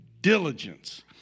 diligence